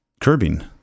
curbing